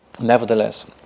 Nevertheless